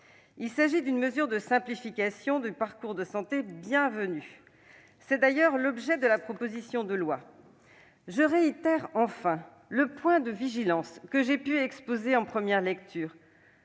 Il s'agit d'une mesure de simplification du parcours de santé là encore bienvenue. Tel est d'ailleurs l'objet de la proposition de loi. Je rappelle enfin le point de vigilance que j'avais soulevé en première lecture